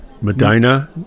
Medina